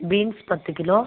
beans பத்து kilo